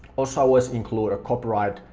also always include a copyright,